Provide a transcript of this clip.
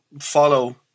follow